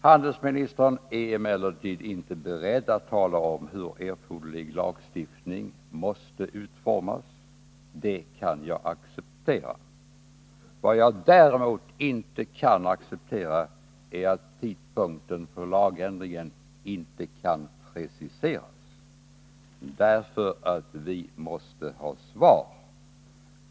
Handelsministern är emellertid inte beredd att tala om hur erforderlig lagstiftning måste utformas. Detta kan jag acceptera, men vad jag däremot inte kan acceptera är att tidpunkten för lagändringen inte kan preciseras. Vi måste nämligen ha ett svar.